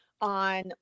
on